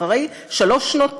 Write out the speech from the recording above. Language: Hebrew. אחרי שלוש שנות תרדמת,